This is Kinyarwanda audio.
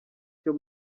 cyo